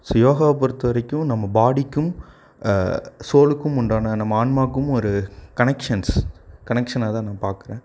so யோகாவை பொறுத்த வரைக்கும் நம்ம பாடிக்கும் சோலுக்கும் உண்டான நம்ம ஆன்மாக்கும் ஒரு கனெக்ஷன்ஸ் கனெக்ஷனாக தான் நான் பார்க்கறேன்